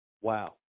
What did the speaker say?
wow